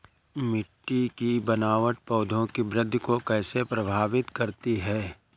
मिट्टी की बनावट पौधों की वृद्धि को कैसे प्रभावित करती है?